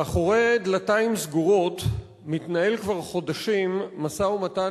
מאחורי דלתיים סגורות מתנהל כבר חודשים משא-ומתן